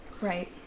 Right